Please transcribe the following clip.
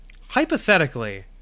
hypothetically